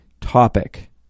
Topic